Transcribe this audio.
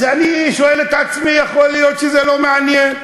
אז אני שואל את עצמי: יכול להיות שזה לא מעניין,